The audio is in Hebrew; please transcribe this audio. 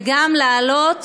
וגם להעלות